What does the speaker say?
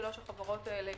הן